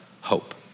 hope